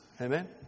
Amen